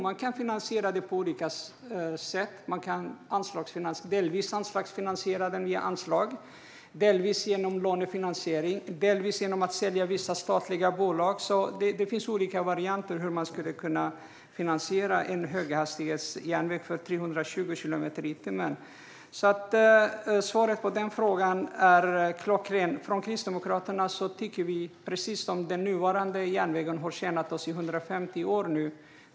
Man kan göra det på olika sätt. Man kan finansiera det delvis via anslag, delvis genom lånefinansiering och delvis genom att sälja vissa statliga bolag. Det finns olika varianter för hur man skulle kunna finansiera en höghastighetsjärnväg för 320 kilometer i timmen. Svaret på denna fråga är klockrent. Den nuvarande järnvägen har tjänat oss i 150 år.